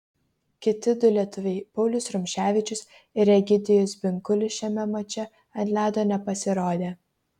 kiti du lietuviai paulius rumševičius ir egidijus binkulis šiame mače ant ledo nepasirodė